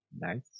Nice